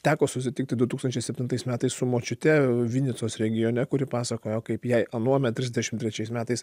teko susitikti du tūkstančiai septintais metais su močiute vinicos regione kuri pasakojo kaip jai anuomet trisdešimt trečiais metais